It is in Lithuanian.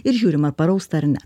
ir žiūrim ar parausta ar ne